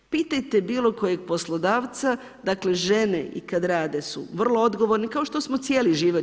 Pitajte bilo kojeg poslodavca, dakle žene i kad rade su vrlo odgovorne, kao što smo cijeli život.